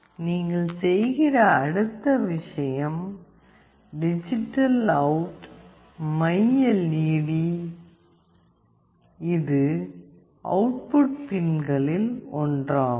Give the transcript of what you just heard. நீங்கள் செய்கிற அடுத்த விஷயம் டிஜிட்டல்அவுட் மை எல்ஈடி இது அவுட்புட் பின்களில் ஒன்றாகும்